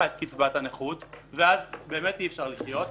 את קצבת הנכות ואז באמת אי אפשר לחיות.